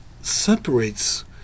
separates